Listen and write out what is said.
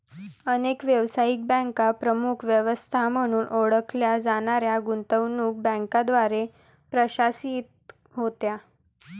अनेक व्यावसायिक बँका प्रमुख व्यवस्था म्हणून ओळखल्या जाणाऱ्या गुंतवणूक बँकांद्वारे प्रशासित होत्या